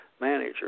manager